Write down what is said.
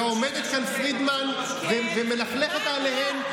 ועומדת כאן פרידמן ומלכלכת עליהן,